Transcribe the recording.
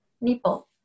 nipple